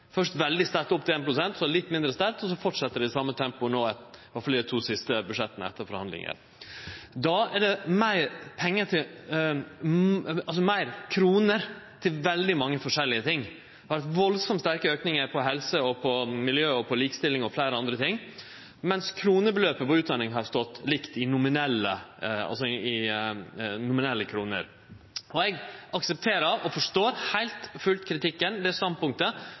først veldig sterkt opp til 1 pst., så litt mindre sterkt, og så fortsette det i same tempo, i alle fall i dei to siste budsjetta etter forhandlingar. Då er det fleire kroner til veldig mange forskjellige ting, Det har vore ein veldig sterk auke innan helse og miljø, likestilling og fleire andre ting, mens kronebeløpet til utdanning har vore likt i nominelle kroner. Eg aksepterer og forstår heilt og fullt kritikken og det standpunktet